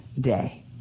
day